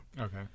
Okay